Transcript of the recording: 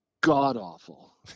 god-awful